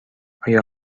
آیا